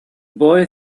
boy